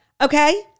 okay